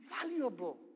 valuable